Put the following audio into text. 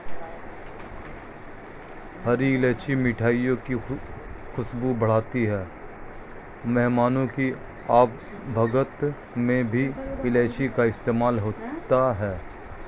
हरी इलायची मिठाइयों की खुशबू बढ़ाती है मेहमानों की आवभगत में भी इलायची का इस्तेमाल होता है